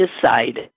decided